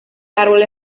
árbol